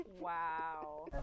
Wow